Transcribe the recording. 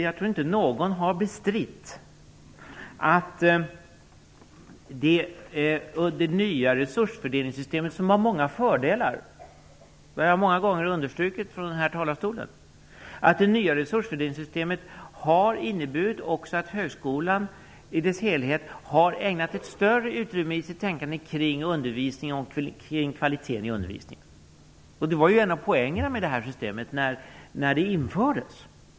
Jag tror inte att någon har bestritt att det nya resursfördelningssystemet, som har många fördelar, det har jag många gånger understrukit från den här talarstolen, också har inneburit att högskolan i dess helhet har ägnat ett större utrymme i sitt tänkande åt undervisning och kvaliteten i undervisningen. Det var en av poängerna med det här systemet när det infördes.